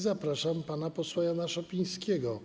Zapraszam pana posła Jana Szopińskiego,